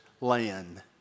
land